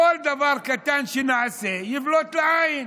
כל דבר קטן שנעשה יבלוט לעין.